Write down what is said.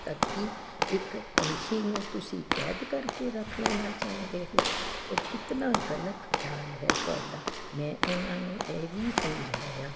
ਤਾਂ ਕਿ ਇੱਕ ਪੰਛੀ ਨੂੰ ਤੁਸੀਂ ਕੈਦ ਕਰਕੇ ਰੱਖ ਲੈਣਾ ਚਾਹੁੰਦੇ ਹੋ ਇਹ ਕਿਤਨਾ ਗਲਤ ਖਿਆਲ ਹੈ ਤੁਹਾਡਾ ਮੈਂ ਉਹਨਾਂ ਨੂੰ ਇਹ ਵੀ ਸਮਝਾਇਆ